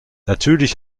natürlich